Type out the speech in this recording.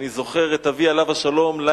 ואני זוכר את אבי עליו השלום,